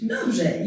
Dobrze